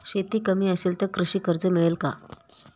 शेती कमी असेल तर कृषी कर्ज मिळेल का?